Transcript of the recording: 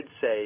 say